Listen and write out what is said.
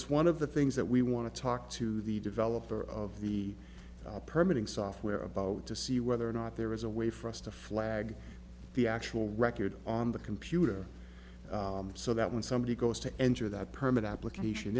it's one of the things that we want to talk to the developer of the permuting software about to see whether or not there is a way for us to flag the actual record on the computer so that when somebody goes to enter that permit application